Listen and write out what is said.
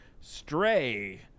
Stray